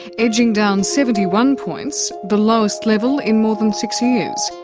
edging down seventy one points, the lowest level in more than six years.